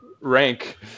rank